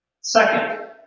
Second